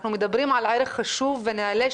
אנחנו מדברים על ערך חשוב ונעלה,